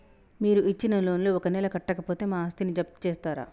మీరు ఇచ్చిన లోన్ ను ఒక నెల కట్టకపోతే మా ఆస్తిని జప్తు చేస్తరా?